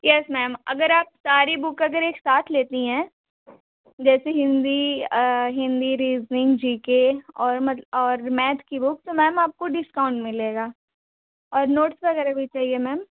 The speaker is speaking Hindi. येस मैम अगर आप सारी बुक अगर एक साथ लेती हैं जैसे Hindi Hindi reasoning G K और मतलब और मैथ की बुक तो मैम आपको डिस्काउंट मिलेगा और नोट्स वग़ैरह भी चाहिए मैम